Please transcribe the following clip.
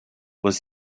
was